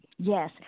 Yes